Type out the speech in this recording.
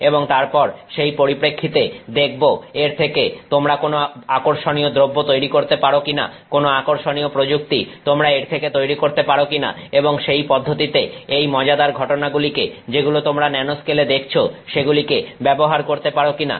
এবং তারপর সেই পরিপ্রেক্ষিতে দেখব এর থেকে তোমরা কোন আকর্ষণীয় দ্রব্য তৈরি করতে পারো কিনা কোন আকর্ষণীয় প্রযুক্তি তোমরা এর থেকে তৈরি করতে পারো কিনা এবং সেই পদ্ধতিতে এই মজাদার ঘটনাগুলিকে যেগুলো তোমরা ন্যানোস্কেলে দেখছো সেগুলিকে ব্যবহার করতে পারো কিনা